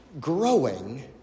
growing